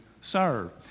serve